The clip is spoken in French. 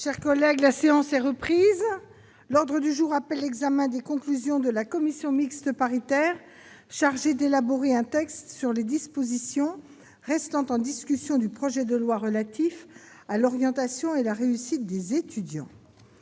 Sa collègue, la séance est reprise, l'ordre du jour appelle l'examen des conclusions de la commission mixte paritaire chargée d'élaborer un texte sur les dispositions restant en discussion du projet de loi relatif à l'orientation et la réussite des étudiants